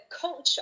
culture